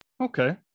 Okay